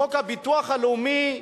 בחוק הביטוח הלאומי,